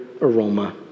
aroma